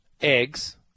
eggs